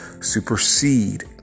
supersede